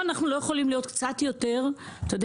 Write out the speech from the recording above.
אנחנו לא יכולים להיות קצת פחות פראיירים.